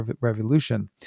revolution